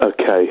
Okay